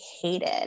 hated